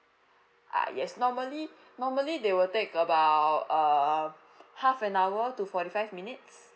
uh yes normally normally they will take about uh half an hour to forty five minutes